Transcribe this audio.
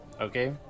Okay